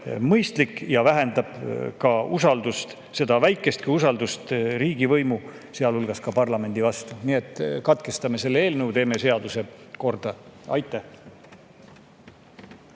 mõistlik ja vähendab ka usaldust, seda väikestki usaldust riigivõimu, sealhulgas ka parlamendi vastu. Nii et katkestame selle menetluse, teeme seaduse korda! Aitäh!